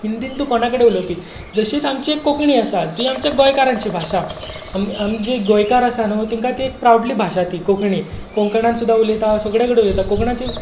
हिंदीन तूं कोणाय कडेन उलोवपी जशें आमची कोंकणी आसा ती आमच्या गोंयकारांची भाशा आमी जीं गोंयकार आसा न्हू तेंका ती प्रावडली भाशा ती कोंकणी कोंकणांत सुद्दा उलयता सगळें कडेन उलयता कोंकणाची